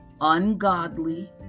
ungodly